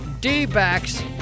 D-backs